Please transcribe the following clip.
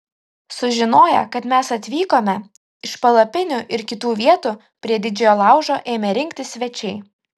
sužinoję kad mes atvykome iš palapinių ir kitų vietų prie didžiojo laužo ėmė rinktis svečiai